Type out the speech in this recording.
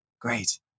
great